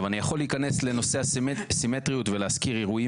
אני יכול להיכנס לנושא הסימטריוּת ולהזכיר אירועים